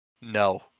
No